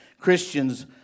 Christians